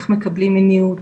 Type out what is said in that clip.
איך מקבלים מיניות,